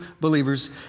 believers